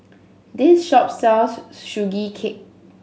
this shop sells Sugee Cake